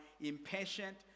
impatient